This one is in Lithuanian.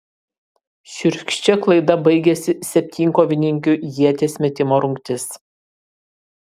šiurkščia klaida baigėsi septynkovininkių ieties metimo rungtis